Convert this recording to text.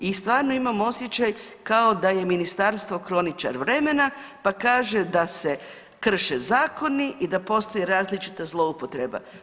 I stvarno imam osjećaj da je kao ministarstvo kroničar vremena pa kaže da se krše zakoni i da postoji različita zloupotreba.